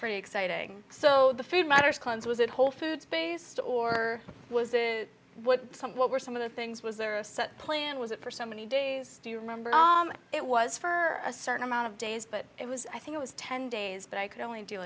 pretty exciting so the food matters cleanse was at whole foods based or was it what some what were some of the things was there a plan was it for so many days do you remember it was for a certain amount of days but it was i think it was ten days but i could only do